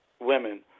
women